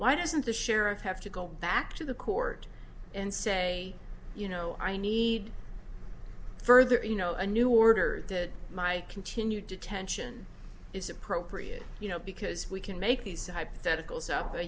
why doesn't the sheriff have to go back to the court and say you know i need further you know a new order to my continued detention is appropriate you know because we can make these hypothetical